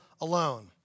alone